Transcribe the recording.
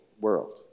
world